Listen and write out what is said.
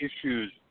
issues